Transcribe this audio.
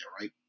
right